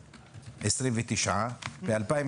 29, ב-2020